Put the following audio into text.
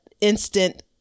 instant